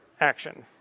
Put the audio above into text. action